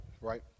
right